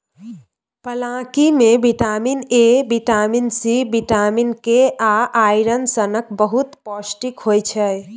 पलांकी मे vitamin A, vitamin C, vitamin K आ आइरन सनक बहुत पौष्टिक होइ छै